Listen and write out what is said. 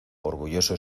orgulloso